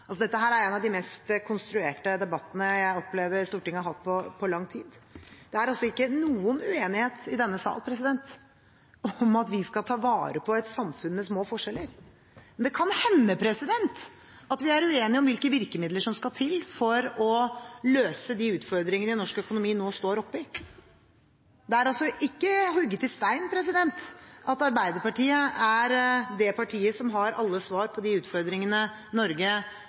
altså ikke noen uenighet i denne sal om at vi skal ta vare på et samfunn med små forskjeller, men det kan hende at vi er uenige om hvilke virkemidler som skal til for å løse de utfordringene norsk økonomi nå står oppe i. Det er ikke hugget i stein at Arbeiderpartiet er det partiet som har alle svar på de utfordringene Norge